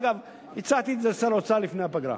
אגב, הצעתי את זה לשר האוצר לפני הפגרה.